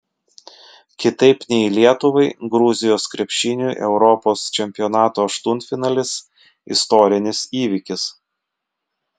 kitaip nei lietuvai gruzijos krepšiniui europos čempionato aštuntfinalis istorinis įvykis